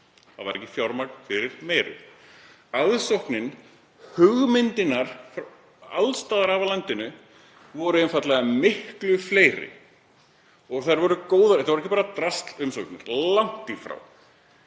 Það var ekki fjármagn fyrir meiru. Aðsóknin, hugmyndirnar alls staðar af landinu, var einfaldlega miklu meiri. Og þetta voru góðar umsóknir. Þetta voru ekki bara draslumsóknir, langt í frá.